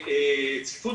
עסק,